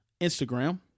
Instagram